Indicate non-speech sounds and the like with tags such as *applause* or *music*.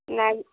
*unintelligible*